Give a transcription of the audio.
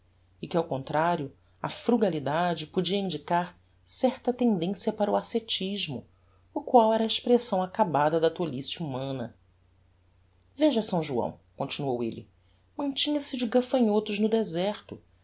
e que ao contrario a frugalidade podia indicar certa tendencia para o ascetismo o qual era a expressão acabada da tolice humana veja s joão continuou elle mantinha se de gafanhotos no deserto